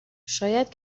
شاید